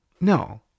No